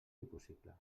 impossible